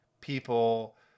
people